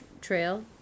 Trail